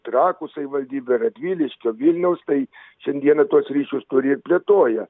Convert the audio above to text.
trakų savivaldybė radviliškio vilniaus tai šiandieną tuos ryšius turi ir plėtoja